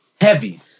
Heavy